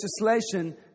legislation